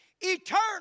eternal